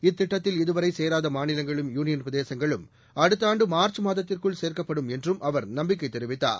இத்திட்டத்தில் இதுவரை சேராத மாநிலங்களும் யூளியன் பிரதேசங்களும் அடுத்த ஆண்டு மார்ச் மாதத்திற்குள் சேர்க்கப்படும் என்றும் அவர் நம்பிக்கை தெரிவித்தார்